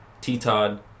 T-Todd